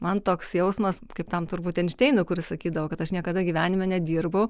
man toks jausmas kaip tam turbūt einšteinui kuris sakydavo kad aš niekada gyvenime nedirbu